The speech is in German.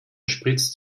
spritzt